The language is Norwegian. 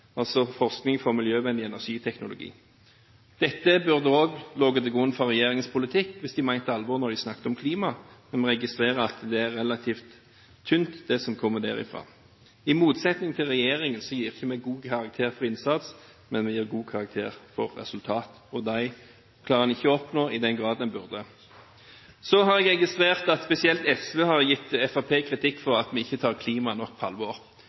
altså forskning for miljøvennlig energiteknologi. Dette burde også ha ligget til grunn for regjeringens politikk hvis de mente alvor når de snakket om klima. Men vi registrerer at det er relativt tynt, det som kommer derfra. I motsetning til regjeringen gir ikke vi god karakter for innsats. Men vi gir god karakter for resultat, og det klarer man ikke å oppnå i den grad man burde. Så har jeg registrert at spesielt SV har gitt Fremskrittspartiet kritikk for at vi ikke tar klima nok på alvor.